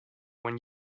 when